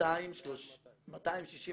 265